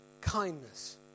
kindness